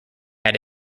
had